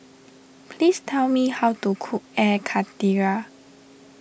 please tell me how to cook Air Karthira